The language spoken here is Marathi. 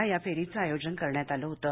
ह्या फेरीचं आयोजन करण्यात आलं होतं